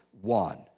one